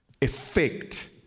effect